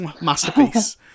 Masterpiece